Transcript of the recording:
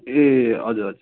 ए हजुर